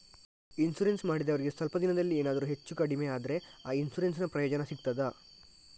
Insurance ಮಾಡಿದವರಿಗೆ ಸ್ವಲ್ಪ ದಿನದಲ್ಲಿಯೇ ಎನಾದರೂ ಹೆಚ್ಚು ಕಡಿಮೆ ಆದ್ರೆ ಆ ಇನ್ಸೂರೆನ್ಸ್ ನ ಪ್ರಯೋಜನ ಸಿಗ್ತದ?